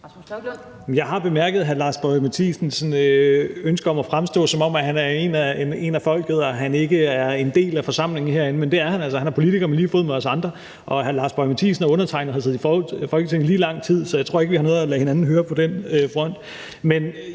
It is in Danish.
Jeg har bemærket hr. Lars Boje Mathiesens ønske om sådan at fremstå, som om han er en af folket og han ikke er en del af forsamlingen herinde, men det er han altså. Han er politiker på lige fod med os andre. Hr. Lars Boje Mathiesen og undertegnede har siddet i Folketinget i lige lang tid, så jeg tror ikke, vi har noget at lade hinanden høre for på den front.